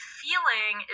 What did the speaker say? feeling